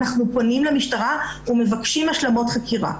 אנחנו פונים למשטרה ומבקשים השלמות חקירה.